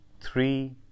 three